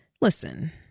Listen